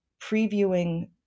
previewing